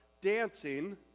dancing